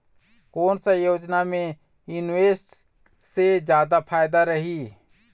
कोन सा योजना मे इन्वेस्टमेंट से जादा फायदा रही?